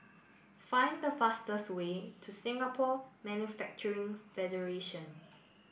find the fastest way to Singapore Manufacturing Federation